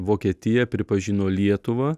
vokietija pripažino lietuvą